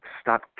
stop